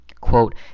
Quote